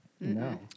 No